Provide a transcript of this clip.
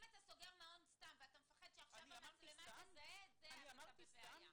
אם אתה סוגר מעון סתם ואתה מפחד שעכשיו המצלמה תזהה את זה אז אתה בבעיה.